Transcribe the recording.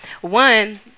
one